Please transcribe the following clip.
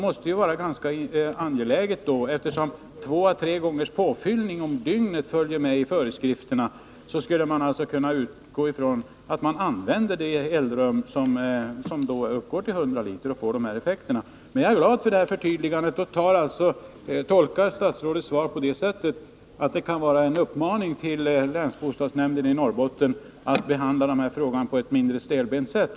Eftersom det i föreskrifterna talas om två å tre gångers påfyllning per dygn, skulle vi kunna utgå från att man använder det eldrum som uppgår till 100 liter och som får dessa effekter. Men jag är glad för detta förtydligande och tolkar statsrådets svar på det sättet att det kan vara en uppmaning till länsbostadsnämnden i Norrbotten att behandla sådana här frågor på ett mindre stelbent sätt.